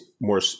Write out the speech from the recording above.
more